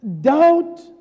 doubt